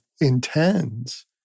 intends